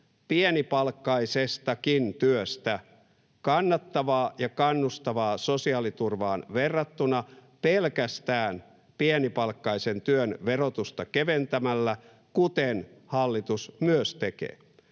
pienipalkkaisestakin työstä kannattavaa ja kannustavaa sosiaaliturvaan verrattuna pelkästään pienipalkkaisen työn verotusta keventämällä, kuten hallitus myös tekee.